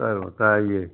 सो बताइए